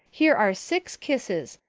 here are six kisses.